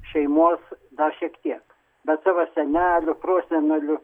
šeimos dar šiek tiek bet savo senelių prosenelių